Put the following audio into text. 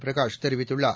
பிரகாஷ் தெரிவித்துள்ளார்